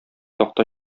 такта